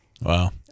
Wow